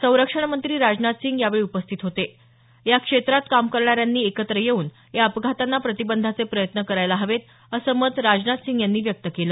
संरक्षण मंत्री राजनाथ सिंग यांनी यावेळी उपस्थित होते या क्षेत्रात काम करणाऱ्यांनी एकत्र येऊन या अपघातांना प्रतिबंधाचे प्रयत्न करायला हवेत असं मत राजनाथ सिंग यांनी व्यक्त केलं